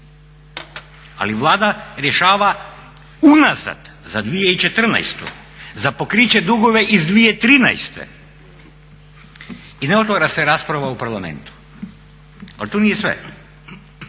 Ali Vlada rješava unazad za 2014., za pokriće i dugove iz 2013. I ne otvara se rasprave u Paralamentu. Ali to nije sve,